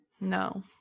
No